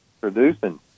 producing